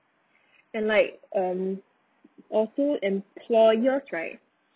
and like um also employers right